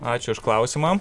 ačiū už klausimą